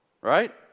Right